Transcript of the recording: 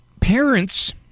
parents